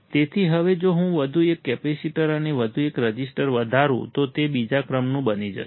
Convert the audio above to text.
તેથી હવે જો હું વધુ એક કેપેસિટર અને એક વધુ રઝિસ્ટર વધારું તો તે બીજા ક્રમનું બની જશે